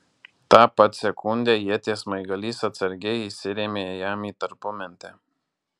tą pat sekundę ieties smaigalys atsargiai įsirėmė jam į tarpumentę